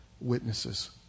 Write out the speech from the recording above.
witnesses